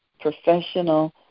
professional